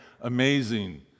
amazing